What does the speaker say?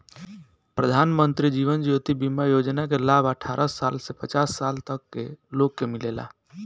प्रधानमंत्री जीवन ज्योति बीमा योजना के लाभ अठारह साल से पचास साल तक के लोग के मिलेला